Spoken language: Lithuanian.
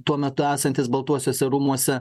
tuo metu esantis baltuosiuose rūmuose